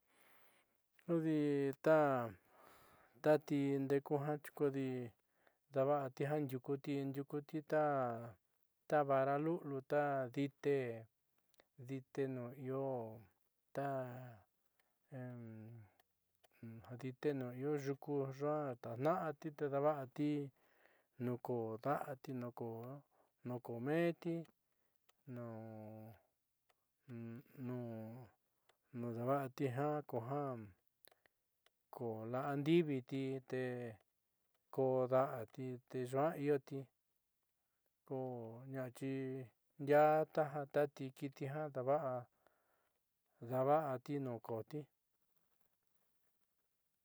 Kodi ta tati ndeeku ja kodi daava'ati jandiuukuti diuukuti ta ta vara lu'uliu ta dite dite nuun io ta dite nuun io yuko yuaá da'atna'ati te dava'ati nu'un koo da'ati nuun koo menti nuun nuun nuu dava'ati ja koja ko la'andiiviti te koo da'ati te yuaa ioti ko na'axi odiaá ti kiti ja daava'o dava'a nuu koóti.